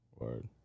Word